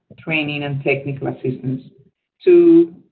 training and technical assistance to